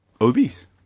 obese